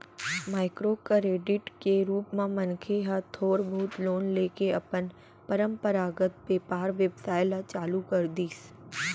micro credit के रुप म मनखे ह थोर बहुत लोन लेके अपन पंरपरागत बेपार बेवसाय ल चालू कर दिस